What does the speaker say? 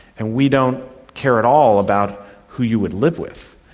and we don't care at all about who you would live with.